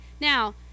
Now